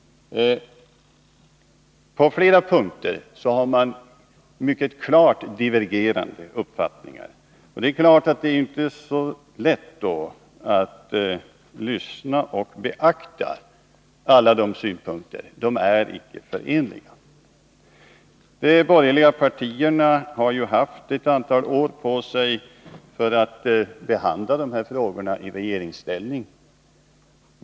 På flera punkter har man mycket klart divergerande uppfattningar. Det är klart att det då inte är så lätt att lyssna på och beakta alla synpunkterna — de är icke förenliga. De borgerliga partierna har ju haft ett antal år på sig att behandla de här frågorna i regeringsställning.